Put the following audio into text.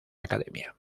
academia